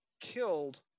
killed